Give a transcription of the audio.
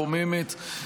מקוממת.